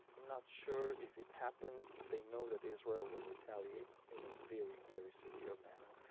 i'm not sure. if it happens. they know that israel will retaliate in a very, very severe manner.